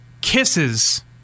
kisses